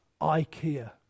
Ikea